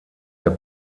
der